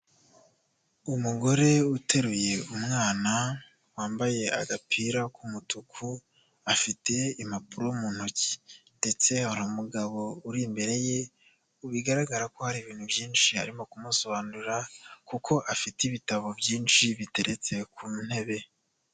Umugore uteruye umwana, wambaye agapira k'umutuku, afite impapuro mu ntoki ndetse hari umugabo uri imbere ye, bigaragara ko hari ibintu byinshi arimo kumusobanurira kuko afite ibitabo byinshi biteretse ku ntebe.